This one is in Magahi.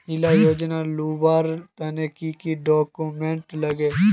इला योजनार लुबार तने की की डॉक्यूमेंट लगे?